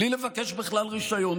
בלי לבקש בכלל רישיון,